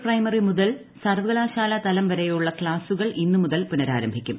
P മുതൽ സർവകലാശാല തലം വരെയുള്ള ക്സാസ്സുകൾ ഇന്നുമുതൽ പുനരാരംഭിക്കും